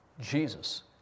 Jesus